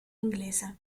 inglese